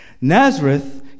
Nazareth